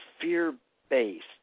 fear-based